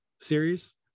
series